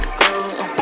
go